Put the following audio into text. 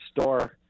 store